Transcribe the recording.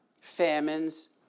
famines